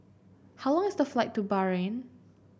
how long is the flight to Bahrain